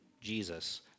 Jesus